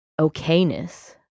okayness